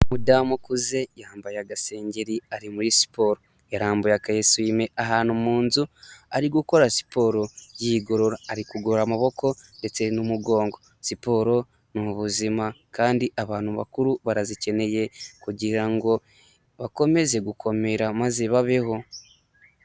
Umudamu ukuze yambaye agasengeri ari muri siporo, yarambuye akayesume ahantu mu nzu ari gukora siporo yigorora ari ku amaboko ndetse n'umugongo. Siporo ni ubuzima kandi abantu bakuru barazikeneye kugira ngo bakomeze gukomera maze babeho.